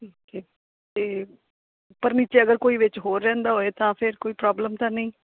ਠੀਕ ਹੈ ਅਤੇ ਉੱਪਰ ਨੀਚੇ ਅਗਰ ਕੋਈ ਵਿੱਚ ਹੋਰ ਰਹਿੰਦਾ ਹੋਏ ਤਾਂ ਫਿਰ ਕੋਈ ਪ੍ਰੋਬਲਮ ਤਾਂ ਨਹੀਂ